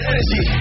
Energy